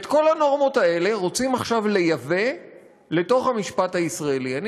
את כל הנורמות האלה רוצים עכשיו לייבא לתוך המשפט הישראלי.